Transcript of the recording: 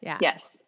Yes